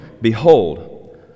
Behold